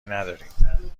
نداریم